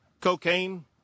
cocaine